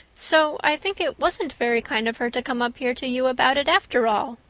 so i think it wasn't very kind of her to come up here to you about it after all.